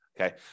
Okay